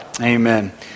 Amen